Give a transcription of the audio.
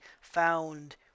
found